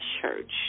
church